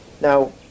Now